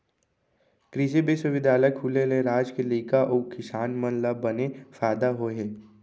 कृसि बिस्वबिद्यालय खुले ले राज के लइका अउ किसान मन ल बने फायदा होय हे